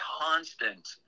constant